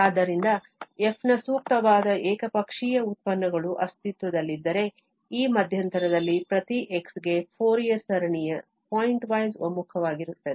ಆದ್ದರಿಂದ f ನ ಸೂಕ್ತವಾದ ಏಕಪಕ್ಷೀಯ ಉತ್ಪನ್ನಗಳು ಅಸ್ತಿತ್ವದಲ್ಲಿದ್ದರೆ ಈ ಮಧ್ಯಂತರದಲ್ಲಿ ಪ್ರತಿ x ಗೆ ಫೋರಿಯರ್ ಸರಣಿಯು ಪಾಯಿಂಟ್ವೈಸ್ ಒಮ್ಮುಖವಾಗಿರುತ್ತದೆ